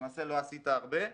למעשה לא עשית הרבה.